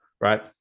right